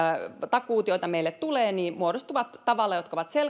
takuut joita meille tulee muodostuvat tavalla jotka ovat